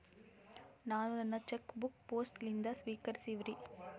ನಾನು ನನ್ನ cheque book post ಲಿಂದ ಸ್ವೀಕರಿಸಿವ್ರಿ